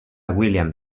william